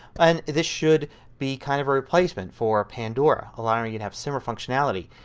and this should be kind of a replacement for pandora allowing you to have similar functionality.